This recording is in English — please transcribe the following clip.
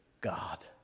God